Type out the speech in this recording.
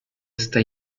esta